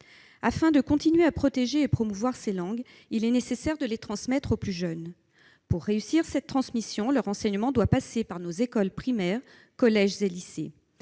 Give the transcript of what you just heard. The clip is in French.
Afin de continuer de protéger et de promouvoir ces langues, il est nécessaire de les transmettre aux plus jeunes. Pour réussir cette transmission, leur enseignement doit passer par nos écoles primaires, nos collèges et nos lycées.